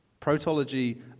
Protology